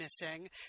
missing